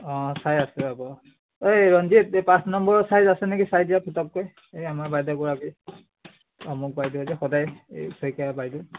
অঁ চাই আছোঁ ৰ'ব ঐ ৰঞ্জিত এই পাঁচ নম্বৰৰ ছাইজ আছে নেকি চাই দিয়া পতককৈ এই আমাৰ বাইদেউগৰাকী অমুক বাইদেউ যে সদায় এই শইকীয়া বাইদেউ